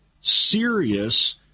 serious